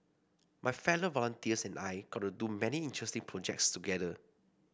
my fellow volunteers and I got to do many interesting projects together